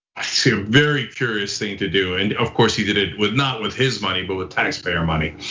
i see a very curious thing to do and of course he did it with not with his money but with taxpayer money.